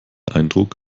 eindruck